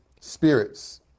spirits